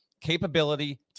capability